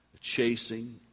Chasing